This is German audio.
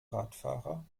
radfahrer